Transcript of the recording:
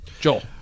Joel